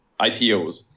IPOs